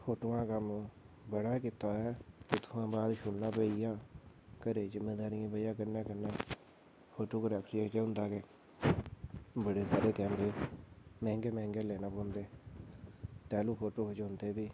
photo दा कम्म बड़ा कीता फ्ही छोड़ना पेआ घरै दी जिम्मेदारिये करियै फोटोग्राफी च केह् होंदा कि बड़े हारे कैमरे मैंह्गे मैंह्गे लगदे फोटो खिच्चने लेई